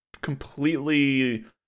completely